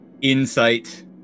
Insight